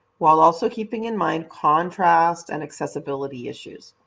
while also keeping in mind contrast and accessibility issues.